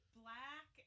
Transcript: black